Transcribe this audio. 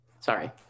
Sorry